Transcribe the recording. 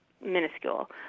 minuscule